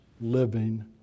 living